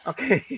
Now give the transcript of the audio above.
Okay